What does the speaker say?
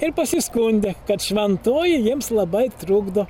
ir pasiskundė kad šventoji jiems labai trukdo